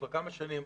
כבר כמה שנים,